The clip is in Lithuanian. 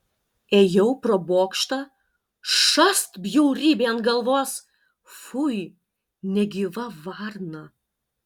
ėjau pro bokštą šast bjaurybė ant galvos fui negyva varna